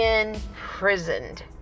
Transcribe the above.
imprisoned